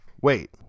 Wait